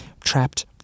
Trapped